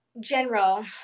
general